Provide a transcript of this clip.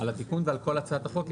על התיקון ועל כל הצעת החוק,